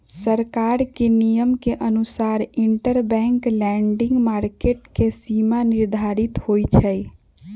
सरकार के नियम के अनुसार इंटरबैंक लैंडिंग मार्केट के सीमा निर्धारित होई छई